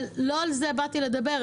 אבל לא על זה באתי לדבר.